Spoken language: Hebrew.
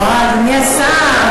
אה, אדוני השר,